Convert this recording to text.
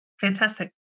Fantastic